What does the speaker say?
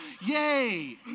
yay